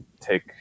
take